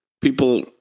people